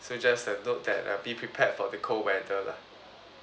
so just uh note that uh be prepared for the cold weather lah